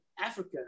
Africa